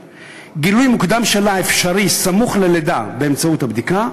(2) גילוי מוקדם שלה אפשרי סמוך ללידה באמצעות הבדיקה,